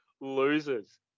losers